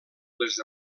les